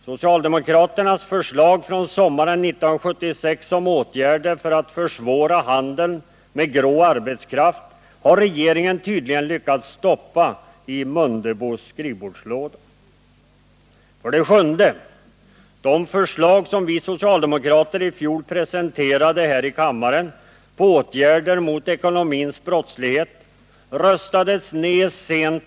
Socialdemokraternas förslag från sommaren 1976 om åtgärder för att försvåra handeln med grå arbetskraft har regeringen tydligen lyckats stoppa i Mundebos skrivbordslåda. 7. De förslag som vi socialdemokrater i fjol presenterade här i kammaren 8.